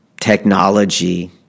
Technology